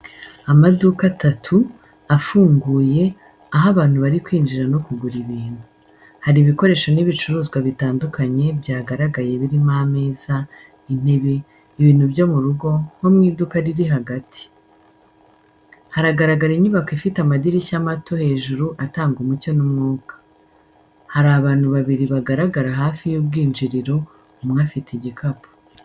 Amaduka atatu, afunguye, aho abantu bari kwinjira no kugura ibintu. Hari ibikoresho n’ibicuruzwa bitandukanye byagaragaye, birimo ameza, intebe, ibintu byo mu rugo nko mu iduka riri hagati. Haragaragara inyubako ifite amadirishya mato hejuru atanga umucyo n’umwuka. Hari abantu babiri bagaragara hafi y’ubwinjiriro, umwe afite igikapu.